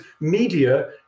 media